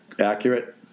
accurate